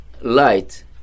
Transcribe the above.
light